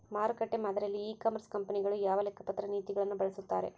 ಮಾರುಕಟ್ಟೆ ಮಾದರಿಯಲ್ಲಿ e commerce ಕಂಪನಿಗಳು ಯಾವ ಲೆಕ್ಕಪತ್ರ ನೇತಿಗಳನ್ನು ಬಳಸುತ್ತಾರೆ?